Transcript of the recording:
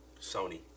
Sony